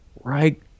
right